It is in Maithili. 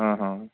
हँ हँ